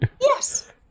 yes